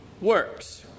works